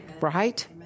Right